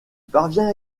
parvient